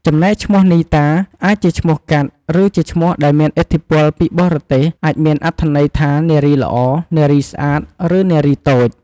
ចំណែកឈ្មោះនីតា អាចជាឈ្មោះកាត់ ឬជាឈ្មោះដែលមានឥទ្ធិពលពីបរទេស អាចមានអត្ថន័យថា នារីល្អ នារីស្អាត ឬ នារីតូច។